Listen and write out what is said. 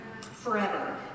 forever